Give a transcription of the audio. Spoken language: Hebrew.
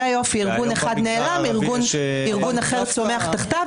זה היופי, ארגון אחד נעלם, ארגון אחר צומח תחתיו.